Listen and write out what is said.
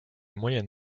moyen